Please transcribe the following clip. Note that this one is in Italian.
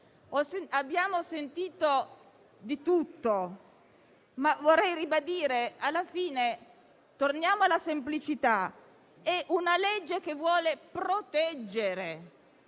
Abbiamo sentito di tutto, ma vorrei ribadire che alla fine torniamo alla semplicità. È una legge che vuole proteggere;